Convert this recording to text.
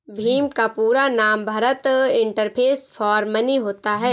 भीम का पूरा नाम भारत इंटरफेस फॉर मनी होता है